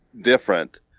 different